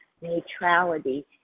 neutrality